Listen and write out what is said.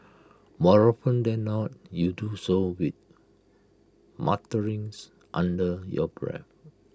more often than not you do so with mutterings under your breath